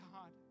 God